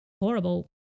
horrible